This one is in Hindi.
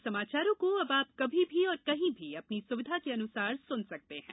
हमारे समाचारों को अब आप कभी भी और कहीं भी अपनी सुविधा के अनुसार सुन सकते हैं